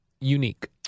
Unique